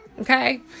Okay